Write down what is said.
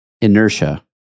inertia